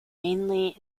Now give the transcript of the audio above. mainly